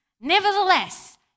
Nevertheless